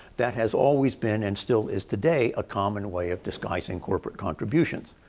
that has always been and still is today, a common way of disguising corporate contributions.